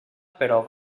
però